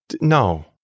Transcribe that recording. no